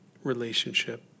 relationship